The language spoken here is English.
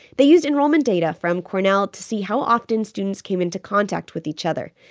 they used enrollment data from cornell to see how often students came into contact with each other.